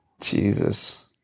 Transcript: Jesus